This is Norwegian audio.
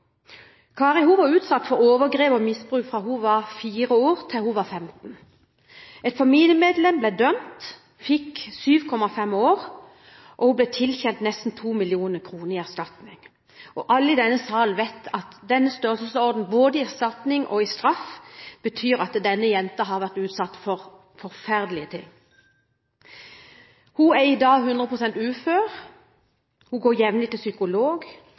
Kari. Kari var utsatt for overgrep og misbruk fra hun var 4 år til hun var 15. Et familiemedlem ble dømt, fikk 7,5 år, og Kari ble tilkjent nesten 2 mill. kr i erstatning. Alle i denne salen vet at den størrelsesorden både på erstatning og på straff betyr at denne jenta har vært utsatt for forferdelige ting. Hun er i dag 100 pst. ufør. Hun går jevnlig til psykolog.